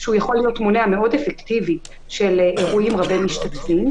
שיכול להיות מונע מאוד אפקטיבי של אירועים רבי משתתפים,